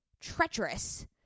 treacherous